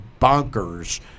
bonkers